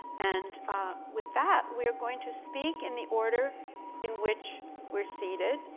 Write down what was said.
and with that, we are going to speak in the order in which we're seated,